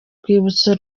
rwibutso